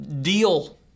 deal